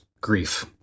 grief